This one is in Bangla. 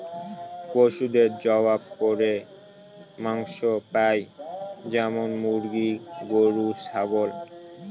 পশুদের জবাই করে মাংস পাই যেমন মুরগি, গরু, ছাগল